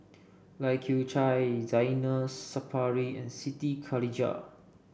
Lai Kew Chai Zainal Sapari and Siti Khalijah